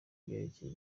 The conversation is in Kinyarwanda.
byerekeye